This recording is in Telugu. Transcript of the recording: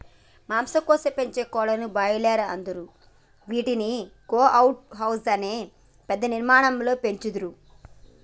మాంసం కోసం పెంచే కోళ్లను బ్రాయిలర్స్ అంటరు గివ్విటిని గ్రో అవుట్ హౌస్ అనే పెద్ద నిర్మాణాలలో పెంచుతుర్రు